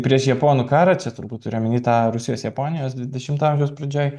prieš japonų karą čia turbūt turi omeny tą rusijos japonijos dvidešimto amžiaus pradžioj